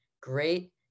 great